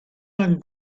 are